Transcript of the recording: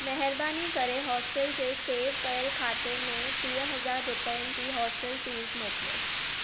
महिरबानी करे हॉस्टल जे सेव कयल खाते में टीह हज़ार रुपियनि जी हॉस्टल फ़ीस मोकिलियो